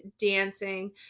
dancing